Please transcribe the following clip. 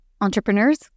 Entrepreneurs